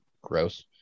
gross